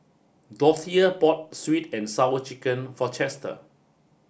Dorthea bought sweet and sour chicken for Chester